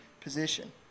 position